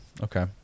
Okay